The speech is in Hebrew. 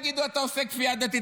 יגידו שאתה עושה כפייה דתית.